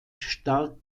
stark